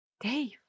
Dave